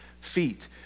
feet